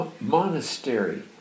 monastery